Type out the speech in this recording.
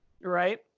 Right